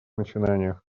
начинаниях